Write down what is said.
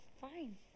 Fine